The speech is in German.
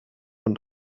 und